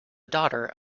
daughter